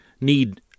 need